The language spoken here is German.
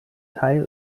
teil